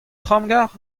tramgarr